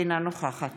אינה נוכחת